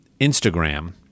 Instagram